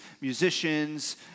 musicians